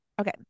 Okay